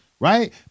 right